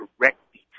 directly